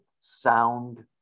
sound